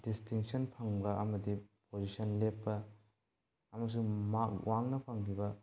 distinction ꯐꯪꯕ ꯑꯃꯗꯤ position ꯂꯦꯞꯄ ꯑꯃꯁꯨꯡ ꯃꯥꯛ ꯋꯥꯡꯅ ꯐꯪꯈꯤꯕ